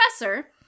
professor